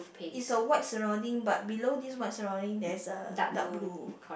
is a white surrounding but below this white surrounding there is a dark blue